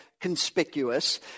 conspicuous